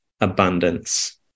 abundance